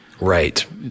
Right